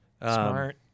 Smart